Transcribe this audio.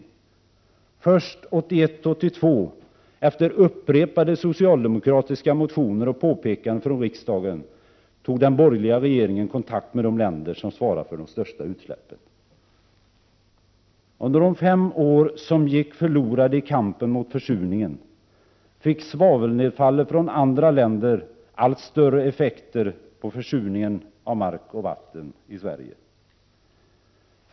Först 1981-1982 tog den borgerliga regeringen efter upprepade socialdemokratiska motioner och påpekanden från riksdagen kontakt med de länder som svarar för de största utsläppen. Under de fem år som gick förlorade i kampen mot försurningen fick svavelnedfallet från andra länder allt större effekter på försurningen av mark och vatten i Sverige.